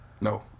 No